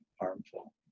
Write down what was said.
harmful